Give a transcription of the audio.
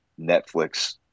Netflix